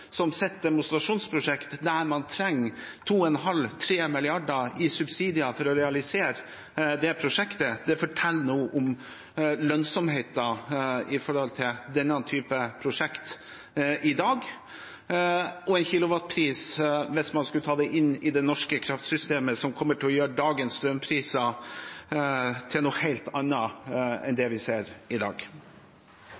som sitt demonstrasjonsprosjekt, der man trenger 2,5 mrd. kr–3 mrd. kr i subsidier for å realisere det. Det forteller noe om lønnsomheten i denne typen prosjekter i dag, og en kilowattpris, hvis man skulle tatt det inn i det norske kraftsystemet, som kommer til å gi helt andre strømpriser enn det vi ser i dag. Lars Haltbrekken – til